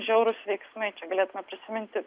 žiaurūs veiksmai čia galėtume prisiminti